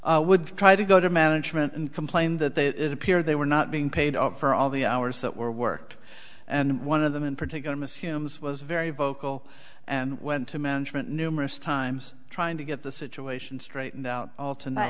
stubs would try to go to management and complain that they appear they were not being paid for all the hours that were worked and one of them in particular miss him as was very vocal and went to management numerous times trying to get the situation straightened out all tonight